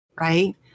right